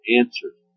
answered